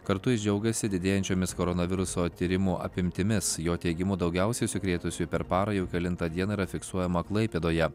kartu jis džiaugiasi didėjančiomis koronaviruso tyrimų apimtimis jo teigimu daugiausiai užsikrėtusiųjų per parą jau kelintą dieną yra fiksuojama klaipėdoje